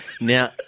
Now